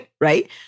right